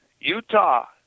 Utah